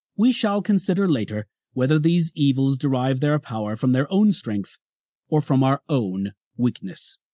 we shall consider later whether these evils derive their power from their own strength or from our own weakness.